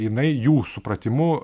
jinai jų supratimu